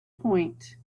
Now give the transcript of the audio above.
point